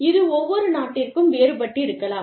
இது ஒவ்வொரு நாட்டிற்கும் வேறுபட்டிருக்கலாம்